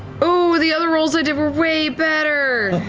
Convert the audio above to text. oh, the other rolls i did were way better.